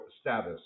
status